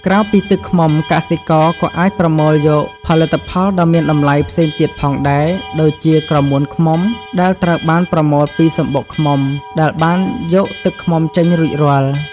ក្រៅពីទឹកឃ្មុំ កសិករក៏អាចប្រមូលយកផលិតផលដ៏មានតម្លៃផ្សេងទៀតផងដែរ ដូចជាក្រមួនឃ្មុំ ដែលត្រូវបានប្រមូលពីសំបុកឃ្មុំដែលបានយកទឹកឃ្មុំចេញរួចរាល់។